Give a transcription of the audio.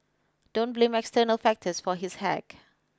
don't blame external factors for his hack